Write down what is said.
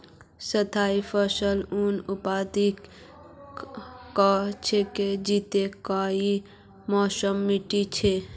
स्थाई फसल उन उत्पादकक कह छेक जैता कई मौसमत टिक छ